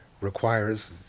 requires